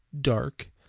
dark